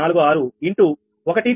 3846 ఇంటూ1